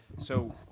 so,